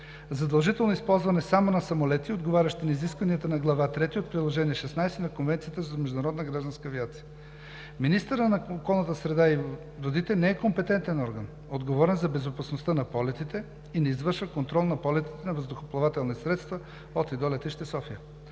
задължително използване само на самолети, отговарящи на изискванията на Глава трета от Приложение № 16 на Конвенцията за международна гражданска авиация. Министърът на околната среда и водите не е компетентен орган, отговорен за безопасността на полетите, и не извършва контрол на полетите на въздухоплавателни средства от и до летище София.